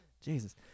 Jesus